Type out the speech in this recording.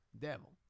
devil